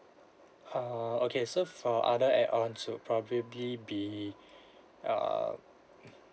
err okay so for other add on so probably be err